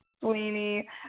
Sweeney